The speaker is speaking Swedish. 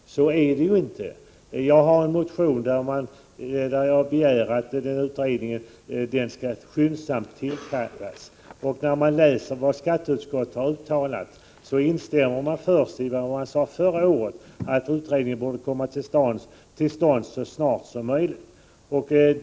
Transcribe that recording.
Så är det inte. Jag har i en motion begärt att utredningen skall tillkallas skyndsamt. Läser man vad skatteutskottet har uttalat ser man att det först instämmer i det som sades förra året, att utredningen borde komma till stånd så snart som möjligt.